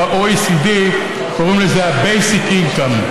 ב-OECD קוראים לזה Basic Income.